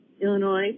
illinois